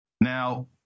Now